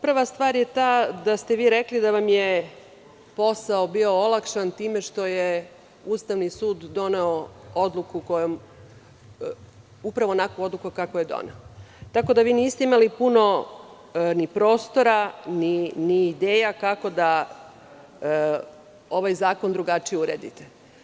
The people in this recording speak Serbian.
Prva stvar je ta da ste vi rekli da vam je posao bio olakšan time što je Ustavni sud doneo upravo onakvu odluku kakvu je doneo, tako da vi niste imali puno ni prostora ni ideja kako da ovaj zakon drugačije uredite.